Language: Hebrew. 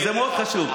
וזה מאוד חשוב.